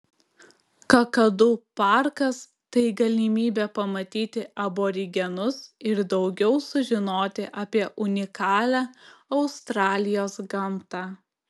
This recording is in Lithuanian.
kakadu parkas tai galimybė pamatyti aborigenus ir daugiau sužinoti apie unikalią australijos gamtą